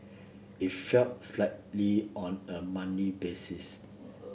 it fell slightly on a monthly basis